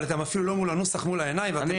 אבל אתם אפילו לא מול הנוסח מול העיניים ואתם צועקים.